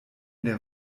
der